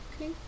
Okay